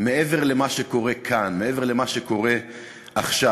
מעבר למה שקורה כאן, מעבר למה שקורה עכשיו.